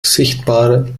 sichtbare